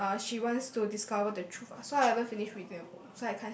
and uh she wants to discover the truth ah so I haven't finish reading that book